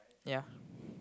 yeah